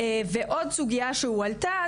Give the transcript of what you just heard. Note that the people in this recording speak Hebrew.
ועוד סוגייה שהועלתה,